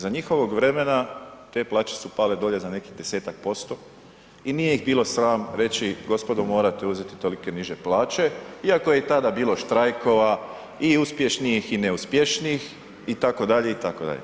Za njihovog vremena te plaće su pale dolje za nekih 10-tak% i nije ih bilo sram reći gospodo morate uzeti tolike niže plaće iako je i tada bilo štrajkova i uspješnih i neuspješnijih itd., itd.